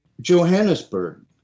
Johannesburg